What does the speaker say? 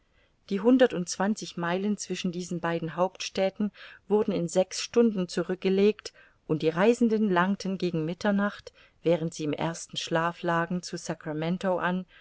die hundertundzwanzig meilen zwischen diesen beiden hauptstädten wurden in sechs stunden zurückgelegt und die reisenden langten gegen mitternacht während sie im ersten schlaf lagen zu sacramento an